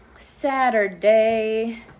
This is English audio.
Saturday